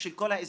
כן.